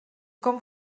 com